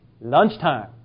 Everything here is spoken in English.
Lunchtime